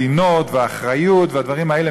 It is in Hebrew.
מדינות ואחריות והדברים האלה,